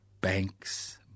banks